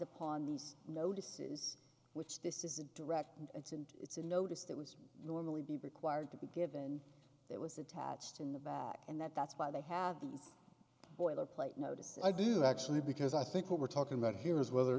upon these notices which this is a direct it's and it's a notice that was normally be required to be given it was attached in the back and that that's why they have these boilerplate notice i do actually because i think what we're talking about here is whether